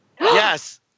Yes